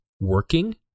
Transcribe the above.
working